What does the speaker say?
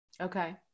Okay